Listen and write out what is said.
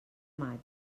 maig